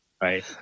right